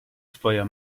twoja